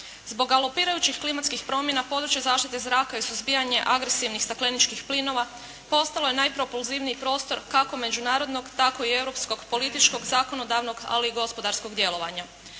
Zbog galopirajućih klimatskih promjena, područje zaštite zraka i suzbijanje agresivnih stakleničkih plinova postalo je najpropulzivniji prostor kako međunarodnog, tako i europskog političkog, zakonodavnog, ali i gospodarskog djelovanja.